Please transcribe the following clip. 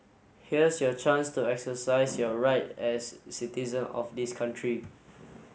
here's your chance to exercise your right as citizen of this country